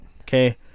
Okay